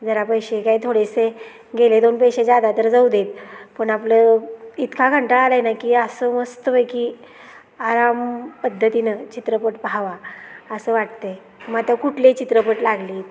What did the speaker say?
जरा पैसे काय थोडेसे गेले दोन पैसे जादा तर जाऊ देत पण आपलं इतका कंटाळा आला आहे ना की असं मस्तपैकी आराम पद्धतीनं चित्रपट पाहावा असं वाटतं आहे मग आता कुठले चित्रपट लागली